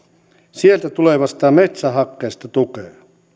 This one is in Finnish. sieltä tulevasta metsähakkeesta tukea